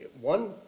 one